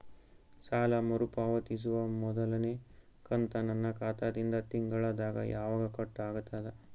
ಸಾಲಾ ಮರು ಪಾವತಿಸುವ ಮೊದಲನೇ ಕಂತ ನನ್ನ ಖಾತಾ ದಿಂದ ತಿಂಗಳದಾಗ ಯವಾಗ ಕಟ್ ಆಗತದ?